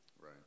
Right